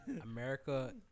America